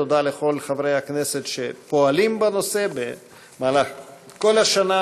ותודה לכל חברי הכנסת שפועלים בנושא במהלך כל השנה,